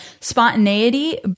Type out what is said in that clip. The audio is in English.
spontaneity